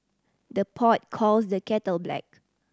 the pot calls the kettle black